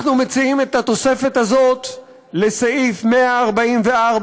אנחנו מציעים את התוספת הזאת לסעיף 144ב